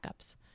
Backups